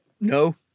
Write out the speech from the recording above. No